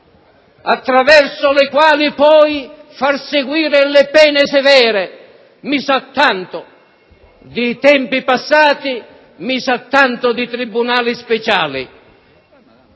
attraverso le quali poi far seguire le pene severe; mi sa tanto di tempi passati, mi sa tanto di tribunali speciali.